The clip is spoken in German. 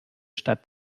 stadt